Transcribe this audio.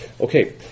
Okay